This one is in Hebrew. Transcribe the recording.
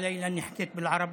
לענות לי כי דיברתי בערבית?